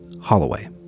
Holloway